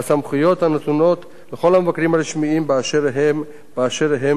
והסמכויות הנתונות לכל המבקרים הרשמיים באשר הם,